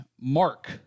Mark